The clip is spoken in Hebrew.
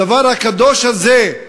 הדבר הקדוש הזה,